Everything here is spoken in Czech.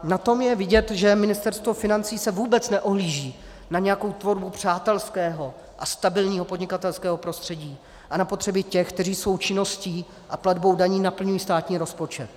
Na tom je vidět, že Ministerstvo financí se vůbec neohlíží na nějakou tvorbu přátelského a stabilního podnikatelského prostředí a na potřeby těch, kteří svou činností a platbou daní naplňují státní rozpočet.